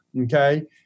okay